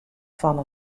fan